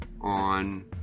on